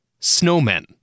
Snowmen